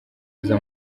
aza